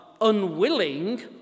unwilling